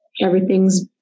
everything's